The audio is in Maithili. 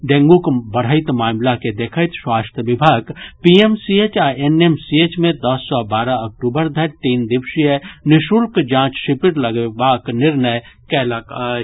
डेंगूक बढ़ैत मामिला के देखैत स्वस्थ्य विभाग पीएमसीएच आ एनएमसीएच मे दस सँ बारह अक्टूबर धरि तीन दिवसीय निःशुल्क जांच शिविर लगेबाक निर्णय कयलक अछि